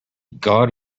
god